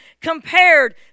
compared